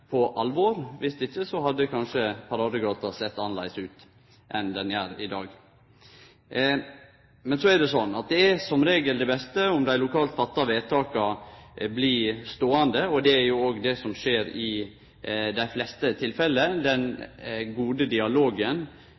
på alvor. Dersom ikkje hadde kanskje paradegata sett annleis ut enn ho gjer i dag. Så er det slik at det er som regel det beste om dei lokalt fatta vedtaka blir ståande, og det er jo òg det som skjer i dei fleste tilfella. Den gode dialogen